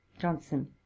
Johnson